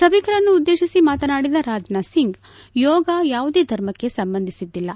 ಸಭಿಕರನ್ನುದ್ದೇಶಿಸಿ ಮಾತನಾಡಿದ ರಾಜನಾಥ್ ಸಿಂಗ್ ಯೋಗ ಯಾವುದೇ ಧರ್ಮಕ್ಕೆ ಸಂಬಂಧಿಸಿಲ್ಲ